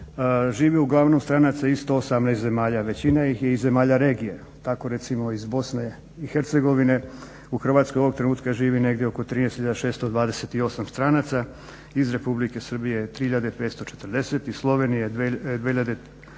živi uglavnom stranaca iz 118 zemalja. Većina ih je iz zemalja regije. Tako recimo iz BiH u Hrvatskoj ovog trenutka živi negdje oko 13 tisuća 628 stranaca, iz Republike Srbije 3 tisuće 540, iz Slovenije 2